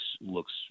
looks